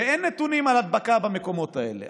כשאין נתונים על הדבקה במקומות האלה,